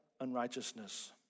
unrighteousness